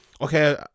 okay